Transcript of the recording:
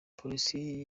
polisi